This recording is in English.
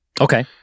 okay